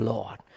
Lord